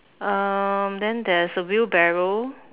um then there's a wheelbarrow